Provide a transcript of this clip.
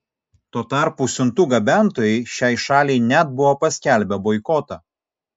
tuo tarpu siuntų gabentojai šiai šaliai net buvo paskelbę boikotą